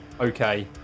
okay